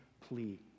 plea